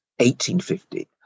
1850